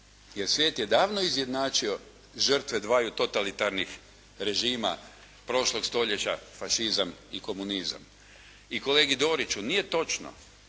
jer svijet je davno izjednačio žrtve dvaju totalitarnih režima prošlog stoljeća fašizam i komunizam. I kolegi Doriću, nije točno